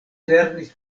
lernis